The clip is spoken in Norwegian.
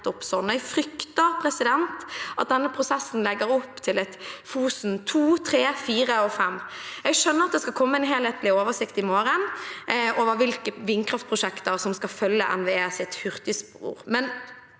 jeg frykter at denne prosessen legger opp til et Fosen 2, 3, 4 og 5. Jeg skjønner at det skal komme en helhetlig oversikt i morgen over hvilke vindkraftprosjekter som skal følge NVEs hurtigspor.